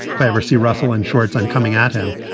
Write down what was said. favre see russell in shorts. i'm coming at him.